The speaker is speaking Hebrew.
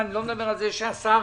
אני מתכבד לפתוח את ישיבת ועדת הכספים.